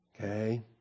Okay